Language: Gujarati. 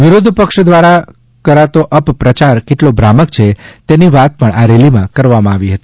વિરોધપક્ષ દ્વારા કરતો અપ પ્રયાર કેટલો ભ્રામક છે તેની વાત પણ આ રેલી માં કરવામાં આવી હતી